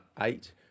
eight